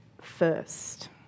first